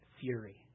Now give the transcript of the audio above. fury